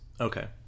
Okay